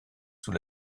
sous